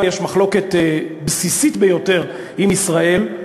יש מחלוקת בסיסית ביותר עם ישראל.